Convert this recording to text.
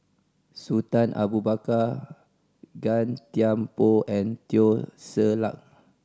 Sultan Abu Bakar Gan Thiam Poh and Teo Ser Luck